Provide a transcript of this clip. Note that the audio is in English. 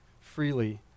freely